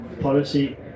policy